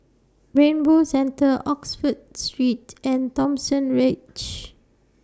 Rainbow Centre Oxford Street and Thomson Ridge